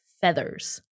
feathers